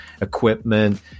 equipment